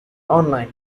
online